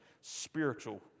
spiritual